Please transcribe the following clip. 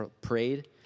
prayed